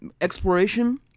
exploration